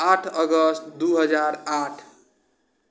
आठ अगस्त दू हजार आठ